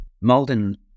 Malden